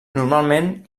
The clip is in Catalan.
normalment